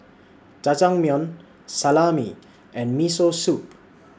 Jajangmyeon Salami and Miso Soup